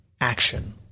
action